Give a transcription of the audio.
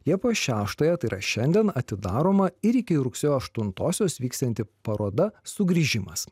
liepos šeštąją tai yra šiandien atidaroma ir iki rugsėjo aštuntosios vyksianti paroda sugrįžimas